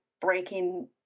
breaking